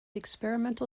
experimental